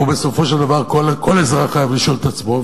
ובסופו של דבר כל אזרח חייב לשאול את עצמו,